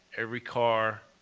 every car,